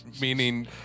Meaning